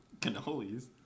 Cannolis